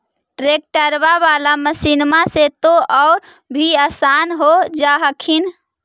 ट्रैक्टरबा बाला मसिन्मा से तो औ भी आसन हो जा हखिन?